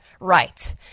right